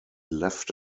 left